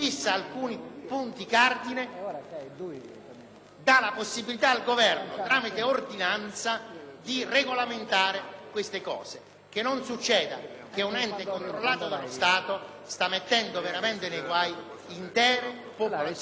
dà la possibilità al Governo, tramite ordinanza, di regolamentare questi aspetti. Non deve accadere che un ente controllato dallo Stato possa mettere veramente nei guai intere popolazioni e soprattutto imprenditorie del Nord